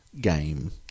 game